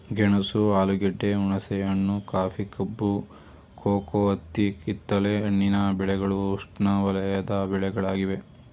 ಗೆಣಸು ಆಲೂಗೆಡ್ಡೆ, ಹುಣಸೆಹಣ್ಣು, ಕಾಫಿ, ಕಬ್ಬು, ಕೋಕೋ, ಹತ್ತಿ ಕಿತ್ತಲೆ ಹಣ್ಣಿನ ಬೆಳೆಗಳು ಉಷ್ಣವಲಯದ ಬೆಳೆಗಳಾಗಿವೆ